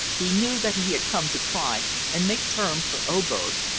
he knew that he had come to try and make terms for oberg,